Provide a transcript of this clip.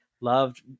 loved